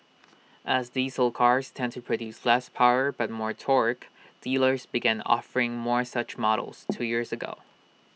as diesel cars tend to produce less power but more torque dealers began offering more such models two years ago